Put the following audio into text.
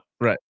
right